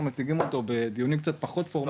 מציגים אותו בדיונים קצת פחות פורמליים.